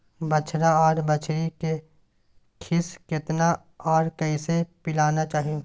बछरा आर बछरी के खीस केतना आर कैसे पिलाना चाही?